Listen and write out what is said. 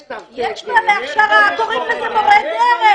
יש בעלי הכשרה, קוראים לזה "מורי דרך".